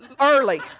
early